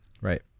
Right